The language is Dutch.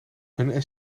een